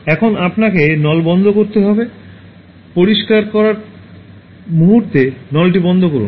এখন আপনাকে নল বন্ধ করতে হবে পরিষ্কার করার মুহুর্তে নলটি বন্ধ করুন